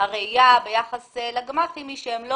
שהראייה ביחס לגחמ"חים היא שהם לא